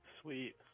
Sweet